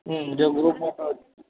હમ્મ જો ગ્રુપ મોટું હોય